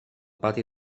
pati